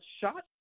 shot